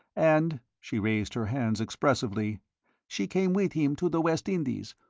and she raised her hands expressively she came with him to the west indies,